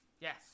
yes